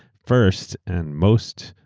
first and most,